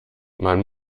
man